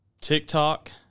TikTok